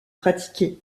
pratiquées